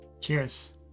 Cheers